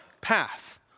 path